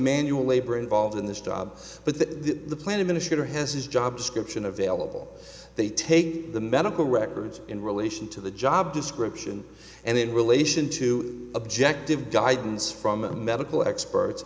manual labor involved in this job but the plan administrator has his job description available they take the medical records in relation to the job description and in relation to objective guidance from a medical experts